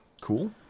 cool